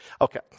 okay